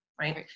right